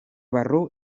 barru